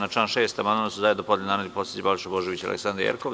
Na član 6. amandman su zajedno podneli narodni poslanici Balša Božović i mr Aleksandra Jerkov.